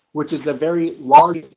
which is a very large